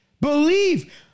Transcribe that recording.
Believe